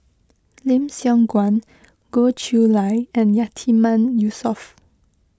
Lim Siong Guan Goh Chiew Lye and Yatiman Yusof